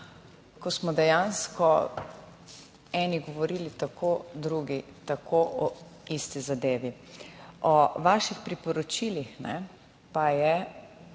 ko smo dejansko eni govorili tako, drugi tako o isti zadevi. O vaših priporočilih, ne,